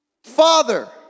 Father